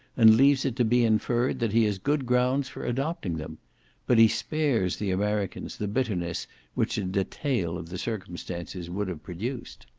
and leaves it to be inferred that he has good grounds for adopting them but he spares the americans the bitterness which a detail of the circumstances would have produced.